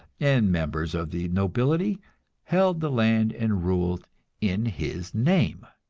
and members of the nobility held the land and ruled in his name.